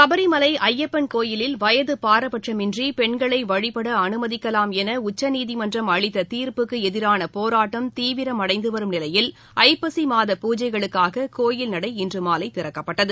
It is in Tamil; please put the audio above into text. சபரிமலை ஐய்யப்பன் கோயிலில் வயது பாரபட்சமின்றி பெண்களை வழிபட அனுமதிக்கலாம் என உச்சநீதிமன்றம் அளித்த தீர்ப்புக்கு எதிரான போராட்டம் தீவிரமடைந்து வரும் நிலையில் ஜப்பசி மாத பூஜைகளுக்காக கோயில் நடை இன்று மாலை திறக்கப்பட்டது